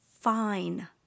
fine